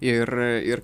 ir ir